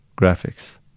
graphics